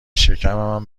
شکمم